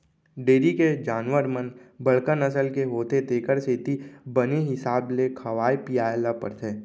dairy के जानवर मन बड़का नसल के होथे तेकर सेती बने हिसाब ले खवाए पियाय ल परथे